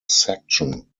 section